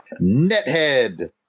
Nethead